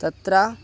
तत्र